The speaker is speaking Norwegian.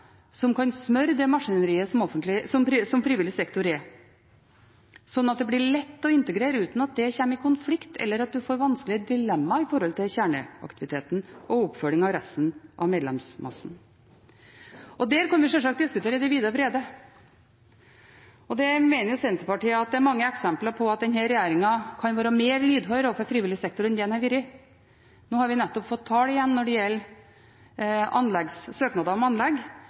som kan smøre det maskineriet som frivillig sektor er, slik at det blir lett å integrere uten at det kommer i konflikt eller skaper vanskelige dilemmaer med tanke på kjerneaktiviteten og oppfølgingen av resten av medlemsmassen. Dette kunne vi sjølsagt diskutere i det vide og brede. Senterpartiet mener at det er mange eksempler på at denne regjeringen kan være mer lydhør overfor frivillig sektor enn det den har vært. Nå har vi igjen fått tall når det gjelder søknader om anlegg,